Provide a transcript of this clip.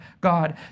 God